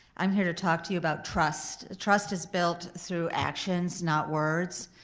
i'm here to talk to you about trust. trust is built through actions not words.